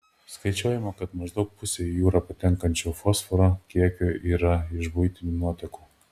skaičiuojama kad maždaug pusė į jūrą patenkančio fosforo kiekio yra iš buitinių nuotekų